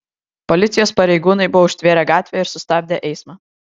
policijos pareigūnai buvo užtvėrę gatvę ir sustabdę eismą